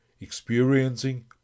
experiencing